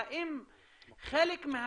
האם זה רק ברמת הידיעה או האם זה חלק מההכשרה